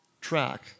track